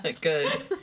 good